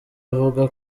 avuga